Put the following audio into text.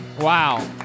Wow